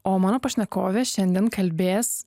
o mano pašnekovė šiandien kalbės